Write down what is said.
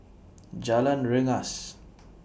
Jalan Rengas